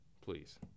Please